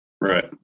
Right